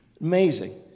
amazing